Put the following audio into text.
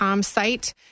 site